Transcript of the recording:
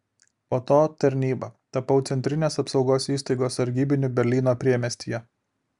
po to tarnyba tapau centrinės apsaugos įstaigos sargybiniu berlyno priemiestyje